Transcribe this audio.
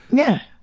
yeah!